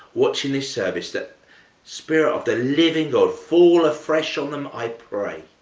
watching this service, that spirit of the living god fall afresh on them, i pray.